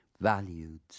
valued